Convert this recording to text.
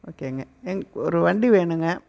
ஓகேங்க எங் ஒரு வண்டி வேணுங்க